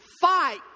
fight